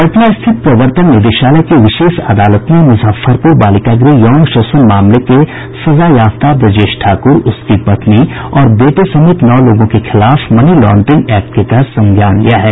पटना स्थित प्रवर्तन निदेशालय की विशेष अदालत ने मुजफ्फरपुर बालिका गृह यौन शोषण मामले के सजायाफ्ता ब्रजेश ठाकुर उसकी पत्नी और बेटे समेत नौ लोगों के खिलाफ मनी लॉड्रिंग एक्ट के तहत संज्ञान लिया है